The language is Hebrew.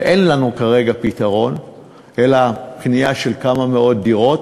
אין לנו כרגע פתרון אלא קנייה של כמה מאות דירות.